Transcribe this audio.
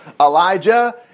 Elijah